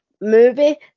movie